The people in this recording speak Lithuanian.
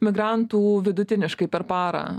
migrantų vidutiniškai per parą